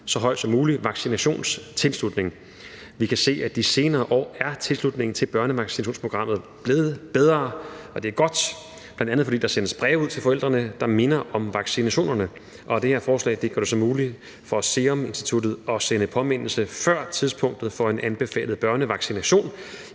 så høj som mulig vaccinationstilslutning. Vi kan se, at i de senere år er tilslutningen til børnevaccinationsprogrammet blevet bedre, og det er godt, bl.a. fordi der sendes breve ud til forældrene, der påminder dem om vaccinationerne, og det her forslag gør det så muligt for Seruminstituttet at sende påmindelse før tidspunktet for en anbefalet børnevaccination,